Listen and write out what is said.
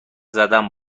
زدن